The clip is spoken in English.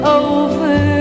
over